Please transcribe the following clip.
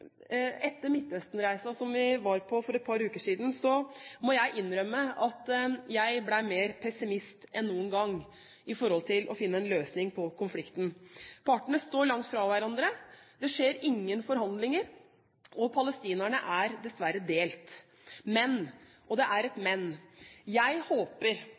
Etter Midtøsten-reisen som vi var på for et par uker siden, må jeg innrømme at jeg ble mer pessimist enn noen gang med tanke på å finne en løsning på konflikten. Partene står langt fra hverandre, det skjer ingen forhandlinger, og palestinerne er dessverre delt. Men – og det er et men – jeg håper